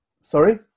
sorry